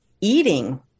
eating